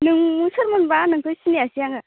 नों सोरमोनबा नोंखौ सिनायासै आङो